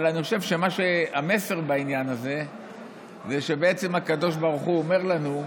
אני חושב שהמסר בעניין הזה זה שבעצם הקדוש ברוך הוא אומר לנו: